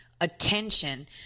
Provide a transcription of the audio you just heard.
attention